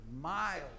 miles